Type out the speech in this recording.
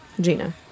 Gina